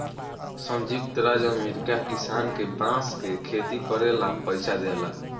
संयुक्त राज्य अमेरिका किसान के बांस के खेती करे ला पइसा देला